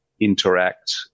interact